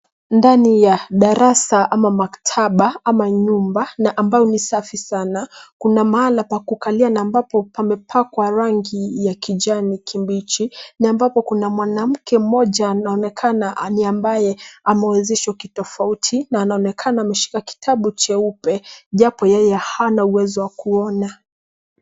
Ndani ya darasa ama maktaba ama nyumba na ambayo ni safi sana, kuna mahala pa kukalia na ambapo pamepakwa rangi ya kijani kibichi na ambapo kuna mwanamke mmoja anaonekana ni ambaye amewezeshwa kitofauti na anaonekana ameshika kitabu cheupe japo yeye hana uwezo wa kuona.